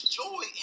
joy